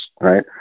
Right